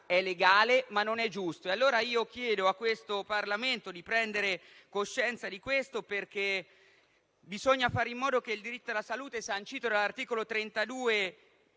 è legale, ma non è giusto. Allora chiedo al Parlamento di prendere coscienza di questo, perché bisogna fare in modo che il diritto alla salute, sancito dall'articolo 32